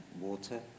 water